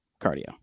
cardio